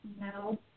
No